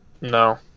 No